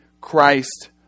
christ